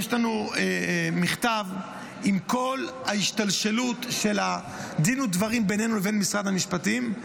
יש לנו מכתב עם כל ההשתלשלות של דין ודברים בינינו לבין משרד המשפטים,